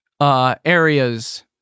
Areas